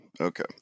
Okay